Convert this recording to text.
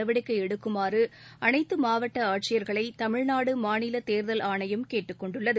நடவடிக்கை எடுக்குமாறு அனைத்து மாவட்ட ஆட்சியர்களை தமிழ்நாடு மாநில தேர்தல் ஆணையம் கேட்டுக்கொண்டுள்ளது